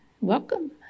Welcome